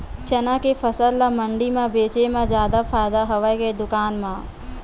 चना के फसल ल मंडी म बेचे म जादा फ़ायदा हवय के दुकान म?